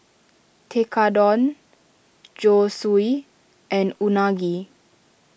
Tekkadon Zosui and Unagi